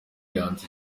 yanditse